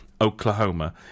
Oklahoma